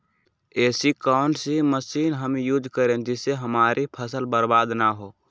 ऐसी कौन सी मशीन हम यूज करें जिससे हमारी फसल बर्बाद ना हो?